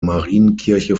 marienkirche